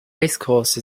racecourse